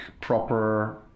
proper